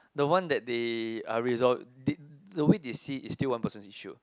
the one that they are resolve the way they see is still one person's issue